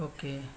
Okay